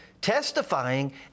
testifying